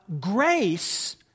grace